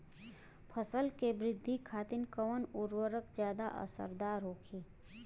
फसल के वृद्धि खातिन कवन उर्वरक ज्यादा असरदार होखि?